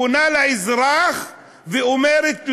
פונה לאזרח ואומרת לו: